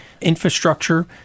infrastructure